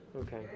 okay